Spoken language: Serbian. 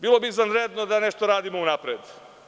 Bilo bi izvanredno da nešto radimo unapred.